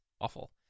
awful